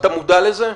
אתה מודע לזה?